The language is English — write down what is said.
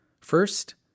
First